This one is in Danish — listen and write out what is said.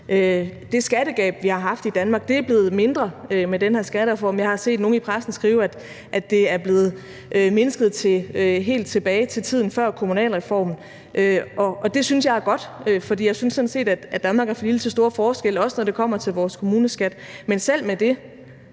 Det skattegab, vi har haft i Danmark, er blevet mindre med den her skattereform. Jeg har set nogle i pressen skrive, at det er blevet mindsket til, hvad det var helt tilbage til tiden før kommunalreformen. Og det synes jeg er godt, for jeg synes sådan set, at Danmark er for lille til store forskelle, også når det kommer til vores kommuneskat. Men selv med det